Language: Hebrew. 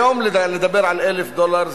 היום לדבר על 1,000 דולר,